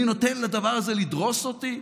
אני נותן לדבר הזה לדרוס אותי,